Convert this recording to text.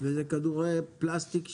זה כדורי פלסטיק שפוגעים?